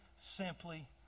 simply